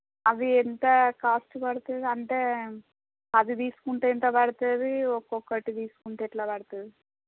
అది ఎంత కాస్ట్ పడుతుంది అంటే పది తీసుకుంటే ఎంత పడుతుంది ఒక్కొక్కటి తీసుకుంటే ఎలా పడుతుంది